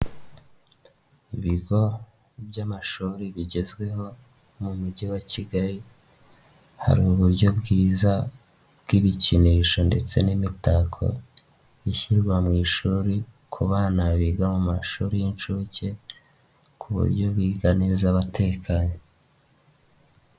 Ibigo by'amashuri bigezweho mu mujyi wa kigali, hari uburyo bwiza bw'ibikinisho ndetse n'imitako, ishyirwa mu ishuri ku bana biga mu mashuri y'incuke, ku buryo biga neza abatekanye.